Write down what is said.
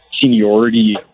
seniority